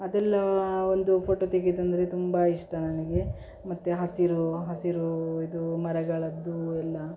ಅದೆಲ್ಲಾ ಒಂದು ಫೋಟೊ ತೆಗೆಯುದಂದ್ರೆ ತುಂಬ ಇಷ್ಟ ನನಗೆ ಮತ್ತು ಹಸಿರು ಹಸಿರು ಇದು ಮರಗಳದ್ದು ಎಲ್ಲ